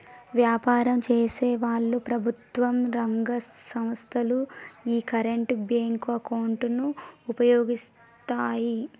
వ్యాపారం చేసేవాళ్ళు, ప్రభుత్వం రంగ సంస్ధలు యీ కరెంట్ బ్యేంకు అకౌంట్ ను వుపయోగిత్తాయి